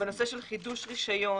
בנושא של חידוש רישיון.